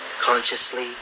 consciously